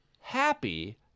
happy